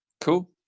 Cool